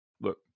look